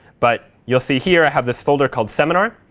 but you'll see, here, i have this folder called seminar.